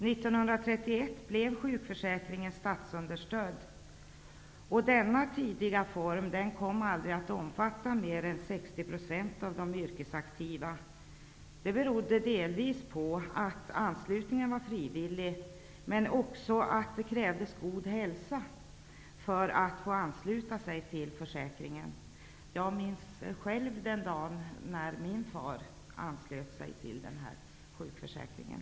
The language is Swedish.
1931 blev sjukförsäkringen statsunderstödd, och denna tidiga reform kom aldrig att omfatta mer än ca 60% av de yrkesaktiva, beroende på dels att anslutningen var frivillig, dels att det krävdes god hälsa för att få ansluta sig till försäkringen. Jag minns själv den dag då min far anslöt sig till sjukförsäkringen.